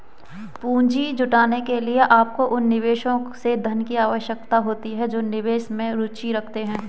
पूंजी जुटाने के लिए, आपको उन निवेशकों से धन की आवश्यकता होती है जो निवेश में रुचि रखते हैं